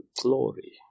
glory